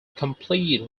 complete